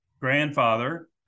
grandfather